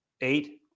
eight